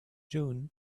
june